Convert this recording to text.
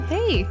Hey